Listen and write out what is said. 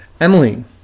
Emily